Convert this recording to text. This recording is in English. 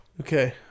okay